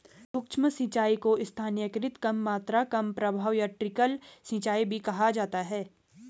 सूक्ष्म सिंचाई को स्थानीयकृत कम मात्रा कम प्रवाह या ट्रिकल सिंचाई भी कहा जाता है